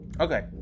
Okay